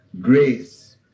grace